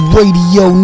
Radio